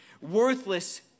Worthless